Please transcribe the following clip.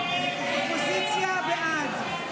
הסתייגות 161 לא